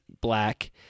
black